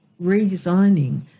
redesigning